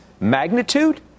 magnitude